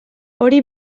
hori